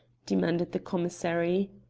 demanded the commissary.